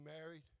married